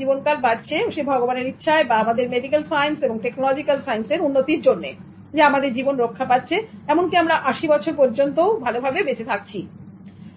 জীবনকাল বাড়ছে ভগবানের ইচ্ছায় এবং আমাদের মেডিকেল এবং টেকনোলজিক্যাল উন্নতির জন্য আমাদের জীবন রক্ষা পাচ্ছে এমনকি আমরা 80 বছর পর্যন্তও বেঁচে থাকি ভালোভাবে